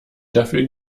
dafür